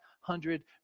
hundred